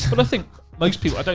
sort of think, most people,